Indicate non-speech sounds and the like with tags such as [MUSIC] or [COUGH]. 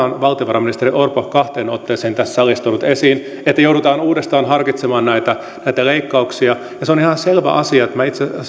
[UNINTELLIGIBLE] on valtiovarainministeri orpo kahteen otteeseen tässä salissa tuonut esiin että joudutaan uudestaan harkitsemaan näitä näitä leikkauksia ja se on ihan selvä asia minä itse